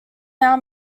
now